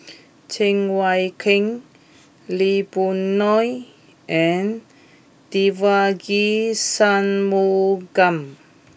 Cheng Wai Keung Lee Boon Ngan and Devagi Sanmugam